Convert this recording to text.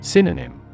Synonym